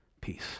peace